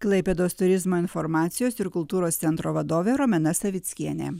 klaipėdos turizmo informacijos ir kultūros centro vadovė romena savickienė